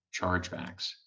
chargebacks